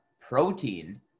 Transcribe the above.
protein